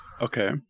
Okay